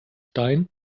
stein